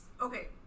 Okay